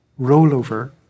rollover